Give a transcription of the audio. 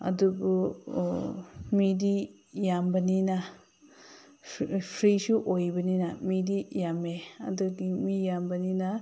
ꯑꯗꯨꯕꯨ ꯃꯤꯗꯤ ꯌꯥꯝꯕꯅꯤꯅ ꯐ꯭ꯔꯤꯁꯨ ꯑꯣꯏꯕꯅꯤꯅ ꯃꯤꯗꯤ ꯌꯥꯝꯃꯦ ꯑꯗꯨꯒꯤ ꯃꯤ ꯌꯥꯝꯕꯅꯤꯅ